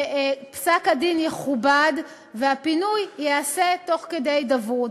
שפסק-הדין יכובד, והפינוי ייעשה תוך כדי הידברות.